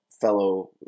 fellow